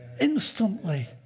instantly